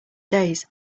days